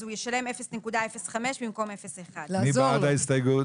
אז הוא ישלם 0.05 במקום 0.1 מי בעד ההסתייגות?